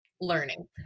learning